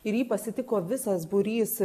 ir jį pasitiko visas būrys